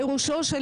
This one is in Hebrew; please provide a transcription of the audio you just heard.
תודה רבה.